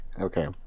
Okay